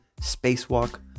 spacewalk